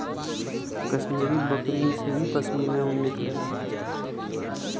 कश्मीरी बकरिन से ही पश्मीना ऊन निकलला